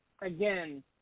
again